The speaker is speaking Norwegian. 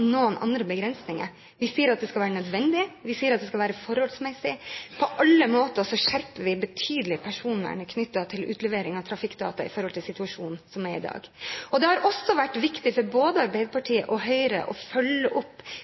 noen andre begrensninger. Vi sier at det skal være nødvendig, og vi sier at det skal forholdsmessig. På alle måter skjerper vi betydelig personvernet knyttet til utlevering av trafikkdata i forhold til situasjonen som er i dag. Det har også vært viktig for både Arbeiderpartiet og Høyre å følge opp